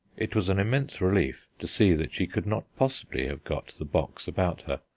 it was an immense relief to see that she could not possibly have got the box about her,